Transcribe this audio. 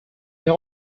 they